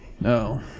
No